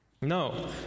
No